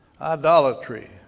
idolatry